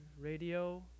radio